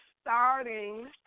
starting